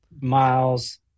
miles